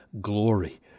glory